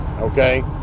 okay